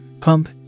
Pump